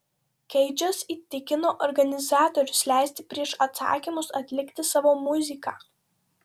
keidžas įtikino organizatorius leisti prieš atsakymus atlikti savo muziką